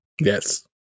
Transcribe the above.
Yes